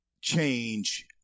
change